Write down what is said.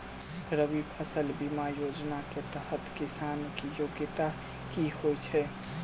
रबी फसल बीमा योजना केँ तहत किसान की योग्यता की होइ छै?